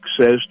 says